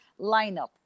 lineup